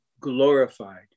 glorified